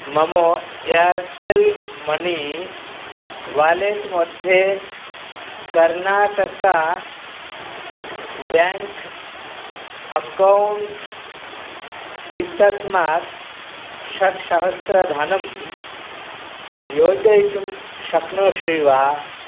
मम Airtel money wallet मध्ये Karnataka bank account इत्यस्मात् षड्सहस्रं धनं योजयितुं शक्नोषि वा